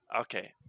Okay